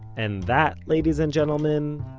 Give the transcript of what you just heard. and that, ladies and gentlemen,